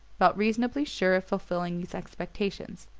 felt reasonably sure of fulfilling these expectations